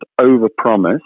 overpromise